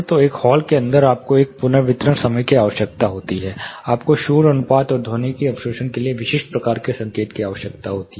तो एक हॉल के अंदर आपको एक पुनर्वितरण समय की आवश्यकता होती है आपको शोर अनुपात और ध्वनिकी अवशोषण के लिए विशिष्ट प्रकार के संकेत की आवश्यकता होती है